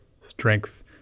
strength